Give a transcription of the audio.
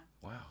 Wow